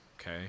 okay